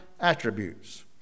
Attributes